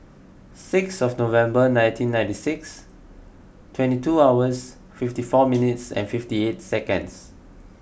sixth of November nineteen ninety six twenty two hours fifty four minutes and fifty eight seconds